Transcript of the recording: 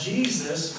Jesus